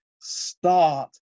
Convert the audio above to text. start